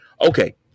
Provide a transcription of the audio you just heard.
Okay